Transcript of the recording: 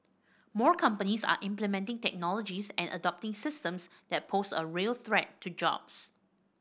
more companies are implementing technologies and adopting systems that pose a real threat to jobs